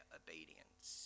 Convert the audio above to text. obedience